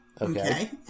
okay